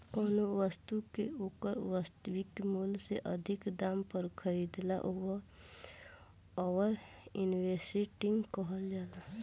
कौनो बस्तु के ओकर वास्तविक मूल से अधिक दाम पर खरीदला ओवर इन्वेस्टिंग कहल जाला